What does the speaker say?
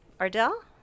Ardell